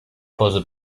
pose